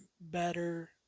better